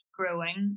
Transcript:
growing